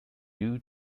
due